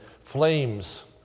flames